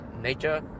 nature